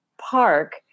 park